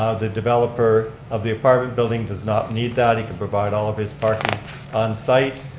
ah the developer of the apartment building does not need that. he can provide all of his parking on site.